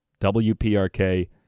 WPRK